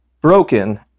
broken